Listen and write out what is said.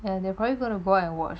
and uh they're probably gonna go and watch